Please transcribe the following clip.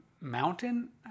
mountain